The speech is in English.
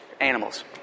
animals